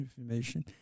information